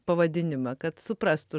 pavadinimą kad suprastų